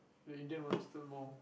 the Indian one still more